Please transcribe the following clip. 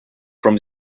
from